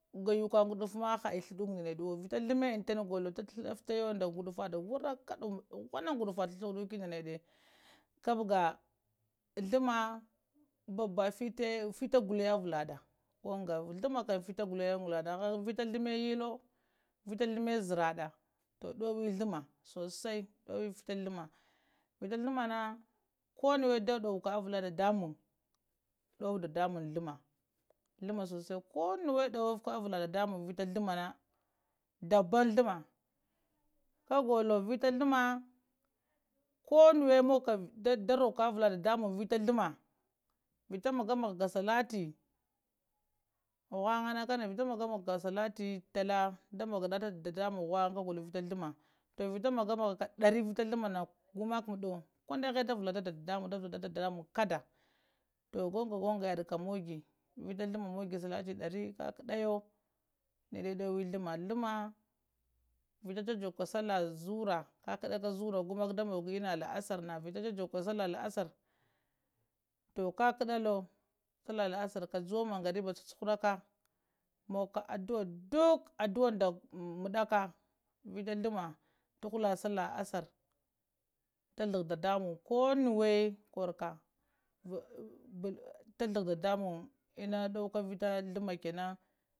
Gayuəka gudufa ma ha yə glnluduko ɗa nəɗu we vita ghlama inta golo ta ghlaflawe da gudufu waɗakayo nughura gudufana ta ghludukə da da nəɗa kubkga ghluma baba vata fita gulaya əɓ vala ɗa ko ango wa ghluma vita gulaya avula ɗa oh vita ghluma yayəlo, vita ghluma zəra ɗa, tu ɗuwa ghlumma sai ɗuwe vita ghlumma, vita ghlumma na ko hana da ɗuwuka, əvula dadamuŋ, ɗuwo dadamuŋ ghlumma ghlumma sosai, ko no we ɗuwo ka aula dadamuŋ vita ghluma na, daban ghluma, ka golo vita ghluma əla, ko nuwə nughuka əh da roka avula dadamuŋ vita ghluwa vita maga-magaka salati man yangaka kana vita maga maga salati ta da magaɗata dudamuŋ ghnga kago lo vita ghlumma, vita magamagaka ɗare vita ghlamma na, go maka mada kuŋɗaghə da vulaɗata dadamuŋ da vulaɗata dadamuŋ kada tu guŋga-gonga yaɗa kam mogə vita ghlumma mogha salati ɗare kaƙuɗayo nəɗa nuwə ghlummə vita ja-jukaka sallah zura kakuɗaka zara, da mogwə ina la'asar, vita jajugakə sallah la'asar cu kakuɗalo sallah la'asar kajuwa a mangariba cucu-haraka, mogoka adu'a dul, adu'anda muɗaka vita ghlumma uhula sallah la'asar ta ghugo dadamuŋ ko nuwe korukco a ta ghlag dadamuŋ ina ɗuwoka vita ghluma.